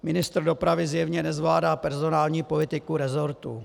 Ministr dopravy zjevně nezvládá personální politiku resortu.